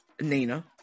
Nina